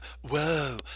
whoa